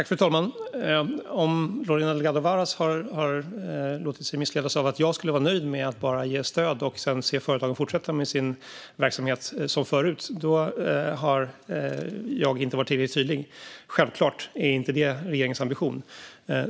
Fru talman! Om Lorena Delgado Varas har låtit sig missledas till att tro att jag skulle vara nöjd med att bara ge stöd och sedan se företagen fortsätta med sin verksamhet som förut har jag inte varit tillräckligt tydlig. Självklart är det inte detta som är regeringens ambition.